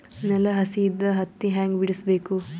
ನೆಲ ಹಸಿ ಇದ್ರ ಹತ್ತಿ ಹ್ಯಾಂಗ ಬಿಡಿಸಬೇಕು?